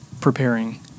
preparing